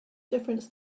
difference